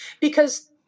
because-